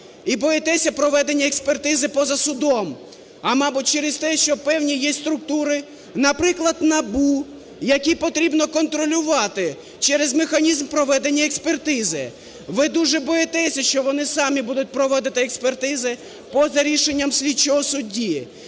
і боїтеся проведення експертизи поза судом? А, мабуть, через те, що певні є структури, наприклад, НАБУ, якій потрібно контролювати через механізм проведення експертизи. Ви дуже боїтеся, що вони самі будуть проводити експертизи поза рішенням слідчого судді